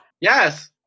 Yes